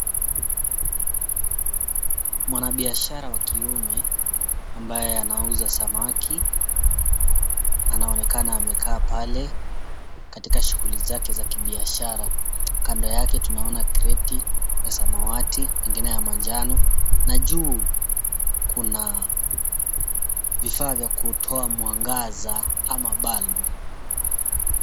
Mwanabiashara wa kiume, ambaye anauza samaki. Amekaa pale katika shughuli zake za kibiashara. Kando yake kreti ya samawati, ingine ya manjano. Na juu, kuna vifaa vya kutoa mwangaza kama bulb .